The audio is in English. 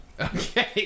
Okay